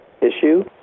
issue